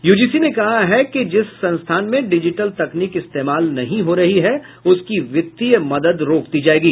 UGC ने कहा है कि जिस संस्थान में डिजिटल तकनीक इस्तेमाल नहीं हो रही है उसकी वित्तीय मदद रोक दी जायेगी